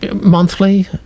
monthly